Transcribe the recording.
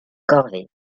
corvée